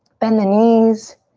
bend the knees.